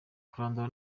kurandura